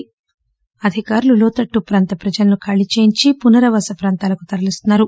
దీంతో అధికారులు లోతట్టు ప్రాంత ప్రజలను ఖాళీ చేయించి పునరావాస ప్రాంతాలకు తరలిస్తున్నారు